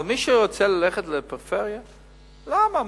אבל מי שרוצה ללכת לפריפריה, למה?